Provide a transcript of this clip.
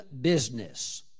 business